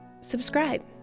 subscribe